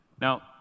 Now